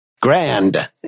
Grand